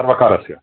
सर्वकारस्य